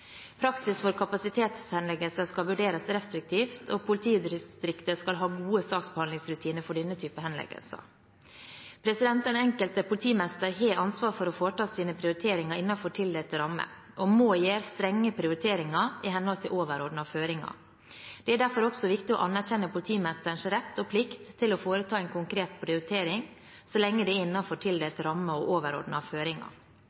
Praksis for kapasitetshenleggelser skal vurderes restriktivt, og politidistriktet skal ha gode saksbehandlingsrutiner for denne typen henleggelser. Den enkelte politimester har ansvar for å foreta sine prioriteringer innenfor tildelte rammer og må gjøre strenge prioriteringer i henhold til overordnede føringer. Det er derfor også viktig å anerkjenne politimesterens rett og plikt til å foreta en konkret prioritering, så lenge det skjer innenfor tildelte rammer og overordnede føringer.